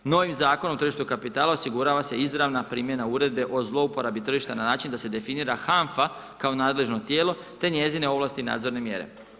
Novim Zakonom o tržištu kapitala osigurava se izravna primjena uredbe o zlouporabi tržišta na način da se definira HANFA kao nadležno tijelo, te njezine ovlasti i nadzorne mjere.